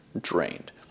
drained